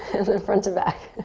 then front to back.